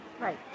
Right